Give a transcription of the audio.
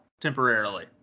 temporarily